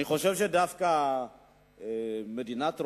אני חושב שדווקא מדינת רומניה,